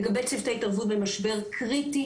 לגבי צוותי התערבות במשבר, קריטי